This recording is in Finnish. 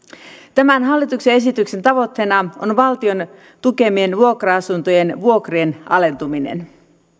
tämän hallituksen esityksen tavoitteena on valtion tukemien vuokra asuntojen vuokrien alentuminen